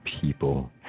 people